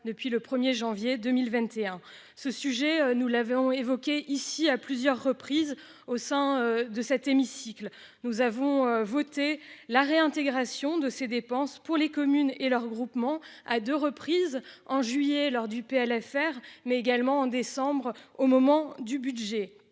depuis le 1er janvier 2021. Ce sujet, nous l'avons évoqué ici à plusieurs reprises au sein de cet hémicycle, nous avons voté la réintégration de ces dépenses pour les communes et leurs groupements à 2 reprises en juillet lors du PLFR mais également en décembre au moment du budget